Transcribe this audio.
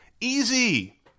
Easy